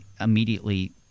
immediately